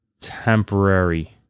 temporary